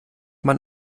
man